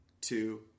two